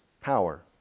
power